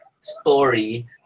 story